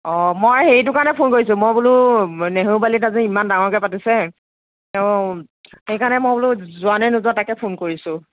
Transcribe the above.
অ মই সেইটো কাৰণে ফোন কৰিছোঁ মই বোলো নেহেৰুবালিত আজি ইমান ডাঙৰকৈ পাতিছে অ সেইকাৰণে মই বোলো যোৱা নে নোযোৱা তাকে ফোন কৰিছোঁ